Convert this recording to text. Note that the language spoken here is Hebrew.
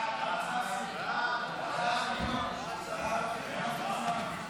ההצעה להעביר את